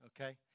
okay